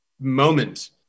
moment